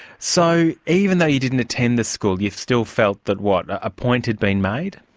so even though you didn't attend the school, you still felt that, what, a point had been made?